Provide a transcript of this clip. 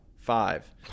five